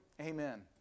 Amen